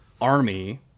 army